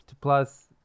plus